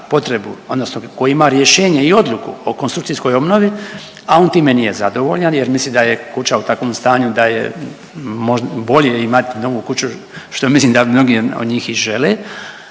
odnosno koji ima rješenje i odluku o konstrukcijskoj obnovi, a on time nije zadovoljan jer misli da je kuća u takvom stanju da je .../nerazumljivo/... bolje imati novu kuću, što mislim da mnogi od njih i žele